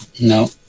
No